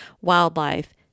wildlife